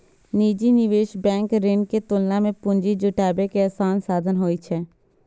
निजी निवेश बैंक ऋण के तुलना मे पूंजी जुटाबै के आसान साधन होइ छै